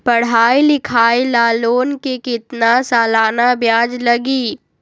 पढाई लिखाई ला लोन के कितना सालाना ब्याज लगी?